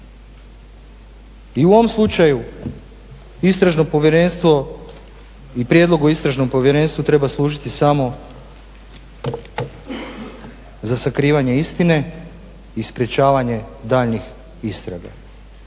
I u ovom slučaju istražno povjerenstvo i prijedlog o istražnom povjerenstvu treba služiti samo za sakrivanje istine i sprečavanje daljnjih istraga.